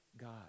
God